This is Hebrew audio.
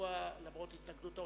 צבוע למרות התנגדות האוצר,